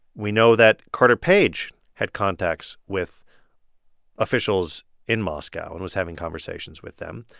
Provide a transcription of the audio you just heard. we know that carter page had contacts with officials in moscow and was having conversations with them.